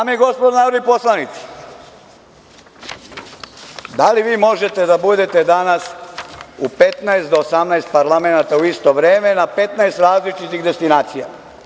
Dame i gospodo narodni poslanici, da li vi možete da budete danas u 15 do 18 parlamenata u isto vreme na 15 različitih destinacija?